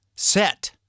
set